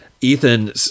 Ethan